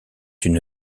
une